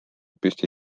püsti